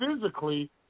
physically